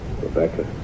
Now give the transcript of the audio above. Rebecca